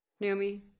Naomi